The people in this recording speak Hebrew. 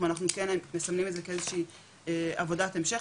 ואנחנו כן מסמנים את זה כאיזושהי עבודת המשך,